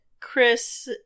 Chris